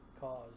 cause